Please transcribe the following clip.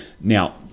Now